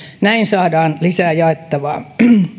näin saadaan lisää jaettavaa